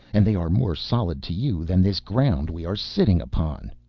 and they are more solid to you than this ground we are sitting upon.